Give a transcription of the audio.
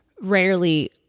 rarely